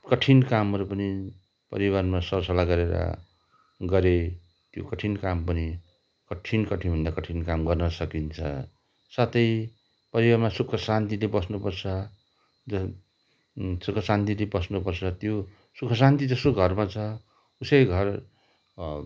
कठिन कामहरू पनि परिवारमा सरसल्लाह गरेर गरे त्यो कठिन काम पनि कठिन कठिनभन्दा कठिन काम गर्न सकिन्छ साथै परिवारमा सुख शान्तिले बस्नुपर्छ ज सुख शान्तिले बस्नुपर्छ त्यो सुख शान्ति जसको घरमा छ उसै घर